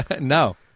no